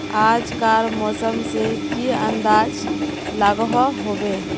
आज कार मौसम से की अंदाज लागोहो होबे?